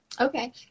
Okay